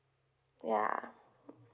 ya